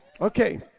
okay